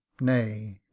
nay